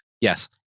Yes